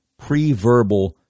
Preverbal